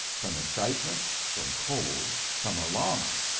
from excitement, from cold, from alarm,